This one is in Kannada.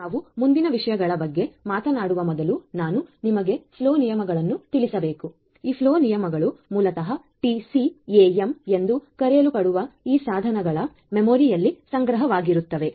ನಾವು ಮುಂದಿನ ವಿಷಯಗಳ ಬಗ್ಗೆ ಮಾತನಾಡುವ ಮೊದಲು ನಾನು ನಿಮಗೆ ಫ್ಲೋ ನಿಯಮಗಳನ್ನು ತಿಳಿಸಬೇಕು ಈ ಫ್ಲೋ ನಿಯಮಗಳು ಮೂಲತಃ TCAM ಎಂದು ಕರೆಯಲ್ಪಡುವ ಈ ಸಾಧನಗಳ ಮೆಮೊರಿಯಲ್ಲಿ ಸಂಗ್ರಹವಾಗಿರುತ್ತವೆ